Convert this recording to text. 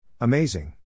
Amazing